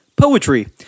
Poetry